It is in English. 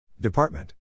Department